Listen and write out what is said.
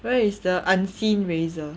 where is the unseen razor